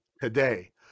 today